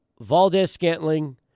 Valdez-Scantling